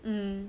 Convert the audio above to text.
mm